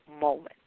moment